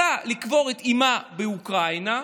לקבור את אימה באוקראינה,